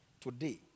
Today